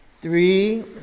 Three